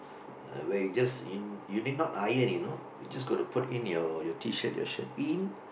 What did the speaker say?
where you just you you need not iron you know you just gotta put in your T-shirt your shirt in